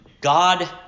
God